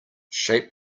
shape